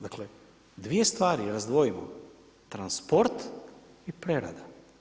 Dakle, 2 stvari, razdvojimo, transport i prerada.